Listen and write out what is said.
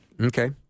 Okay